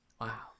Wow